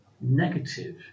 negative